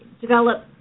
develop